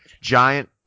giant